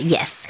Yes